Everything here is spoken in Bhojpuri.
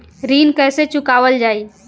ऋण कैसे चुकावल जाई?